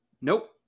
Nope